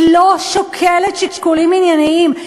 היא לא שוקלת שיקולים ענייניים,